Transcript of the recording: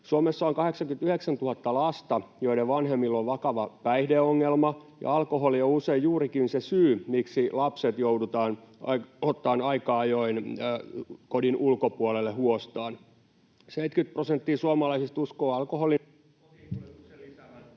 Suomessa on 89 000 lasta, joiden vanhemmilla on vakava päihdeongelma. Alkoholi on usein juurikin se syy, miksi lapset joudutaan ottamaan aika ajoin kodin ulkopuolelle huostaan. 70 prosenttia suomalaisista uskoo alkoholin kotiinkuljetuksen lisäävän